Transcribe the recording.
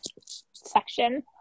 section